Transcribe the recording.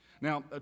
Now